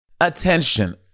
Attention